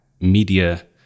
media